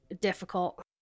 difficult